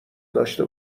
داشته